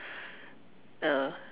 uh